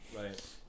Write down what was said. Right